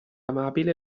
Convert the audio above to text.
amabile